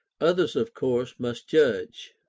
others of course must judge.